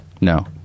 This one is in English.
no